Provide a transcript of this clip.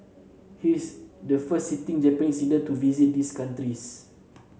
he's the first sitting Japanese leader to visit these countries